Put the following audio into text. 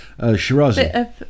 shirazi